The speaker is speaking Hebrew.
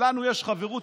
אז לנו יש חברות,